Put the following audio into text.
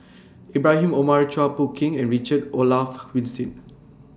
Ibrahim Omar Chua Phung Kim and Richard Olaf Winstedt